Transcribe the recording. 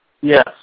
Yes